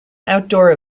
outdoor